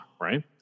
Right